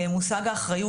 מושג האחריות,